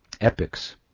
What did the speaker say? epics